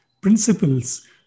principles